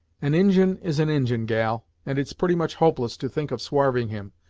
an injin is an injin, gal, and it's pretty much hopeless to think of swarving him,